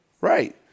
Right